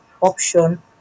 option